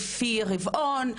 לפי רבעון,